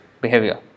behavior